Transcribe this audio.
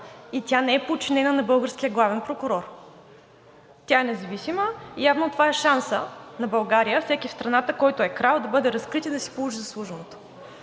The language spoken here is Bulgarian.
и тя не е подчинена на българския главен прокурор, тя е независима, явно това е шансът на България всеки в страната, който е крал, да бъде разкрит и да си получи заслуженото.